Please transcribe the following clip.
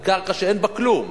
על קרקע שאין בה כלום,